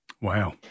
Wow